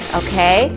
okay